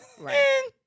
right